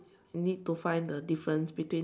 you need to find the difference between